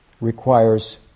requires